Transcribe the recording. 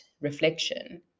reflection